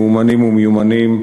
מאומנים ומיומנים,